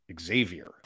Xavier